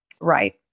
Right